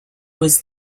was